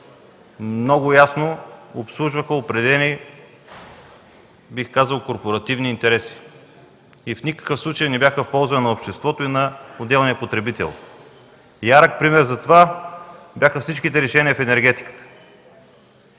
много ясно обслужваха определени бих казал корпоративни интереси, и в никакъв случай не бяха в полза на обществото и на отделния потребител. Ярък пример за това бяха всичките решения в енергетиката.